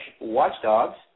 watchdogs